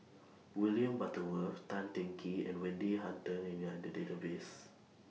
William Butterworth Tan Teng Kee and Wendy Hutton and We Are in The Database